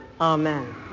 Amen